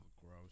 Gross